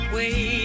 Wait